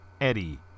eddie